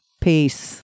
Peace